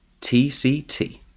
tct